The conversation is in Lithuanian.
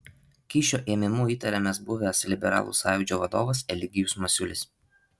kyšio ėmimu įtariamas buvęs liberalų sąjūdžio vadovas eligijus masiulis